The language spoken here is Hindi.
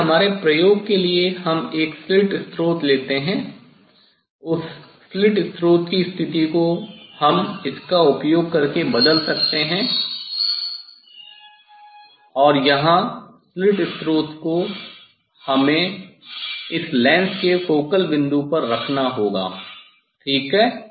लेकिन हमारे प्रयोग के लिए हम एक स्लिट स्रोत लेते हैं उस स्लिट स्रोत की स्थिति को हम इसका उपयोग करके बदल सकते हैं और यहाँ स्लिट स्रोत को इसे हमें लेंस के फोकल बिंदु पर रखना होगा ठीक है